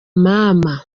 mama